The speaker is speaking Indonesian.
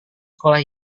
sekolah